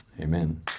amen